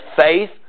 faith